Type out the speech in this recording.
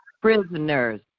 prisoners